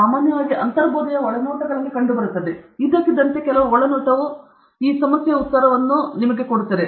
ಸಾಮಾನ್ಯವಾಗಿ ಅಂತರ್ಬೋಧೆಯ ಒಳನೋಟಗಳಲ್ಲಿ ಕಂಡುಬರುತ್ತದೆ ಇದ್ದಕ್ಕಿದ್ದಂತೆ ಕೆಲವು ಒಳನೋಟವು ಈ ಸಮಸ್ಯೆಯ ಉತ್ತರವನ್ನು ನಾನು ಕಂಡುಕೊಂಡಿದೆ